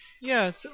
Yes